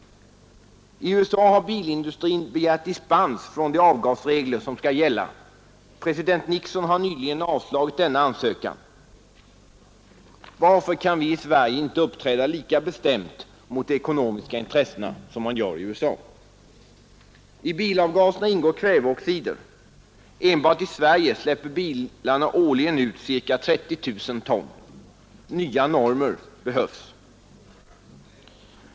I USA har bilindustrin begärt dispens från de regler som skall gälla. President Nixon har nyligen avslagit denna ansökan. Varför kan vi i Sverige inte uppträda lika bestämt mot de ekonomiska intressena som man gör i USA? I bilavgaserna ingår kväveoxider. Enbart i Sverige släpper bilarna årligen ut ca 30 000 ton. Nya normer behövs!